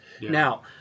Now